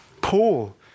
Paul